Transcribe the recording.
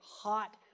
hot